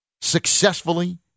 successfully